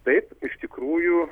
taip iš tikrųjų